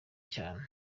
cyane